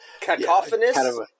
cacophonous